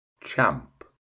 Champ